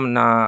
na